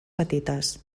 petites